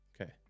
Okay